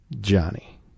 johnny